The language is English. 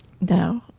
no